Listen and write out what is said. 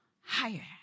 higher